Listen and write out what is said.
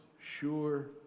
sure